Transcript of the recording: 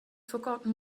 forgotten